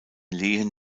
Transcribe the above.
lehen